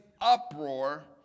uproar